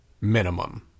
minimum